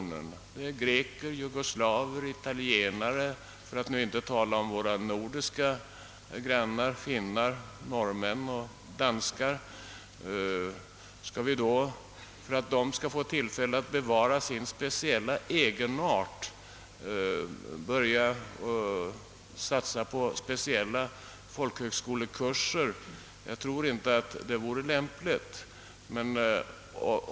De är greker, jugoslaver, italienare, för att inte tala om våra nordiska grannar: finnar, norrmän och danskar. Jag tror inte att det vore lämpligt att vi börjar satsa på särskilda folkhögskolekurser för att dessa skall få tillfälle att bevara sin speciella egenart.